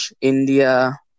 India